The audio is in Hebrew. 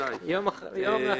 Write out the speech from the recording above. יום למוחרת.